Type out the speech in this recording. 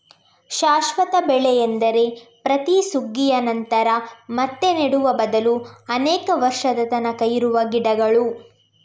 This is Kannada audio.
ಶಾಶ್ವತ ಬೆಳೆ ಎಂದರೆ ಪ್ರತಿ ಸುಗ್ಗಿಯ ನಂತರ ಮತ್ತೆ ನೆಡುವ ಬದಲು ಅನೇಕ ವರ್ಷದ ತನಕ ಇರುವ ಗಿಡಗಳು